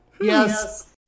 Yes